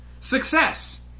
Success